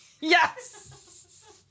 Yes